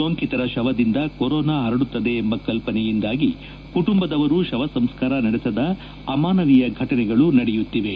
ಸೋಂಕಿತರ ಶವದಿಂದ ಕೊರೋನಾ ಪರಡುತ್ತದೆ ಎಂಬ ಕಲ್ಪನೆಯಿಂದಾಗಿ ಕುಟುಂಬದವರೂ ಶವ ಸಂಸ್ಕಾರ ನಡೆಸದ ಅಮಾನವೀಯ ಫಟನೆಗಳು ನಡೆಯುತ್ತಿವೆ